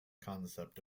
concept